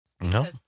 No